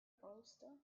bolster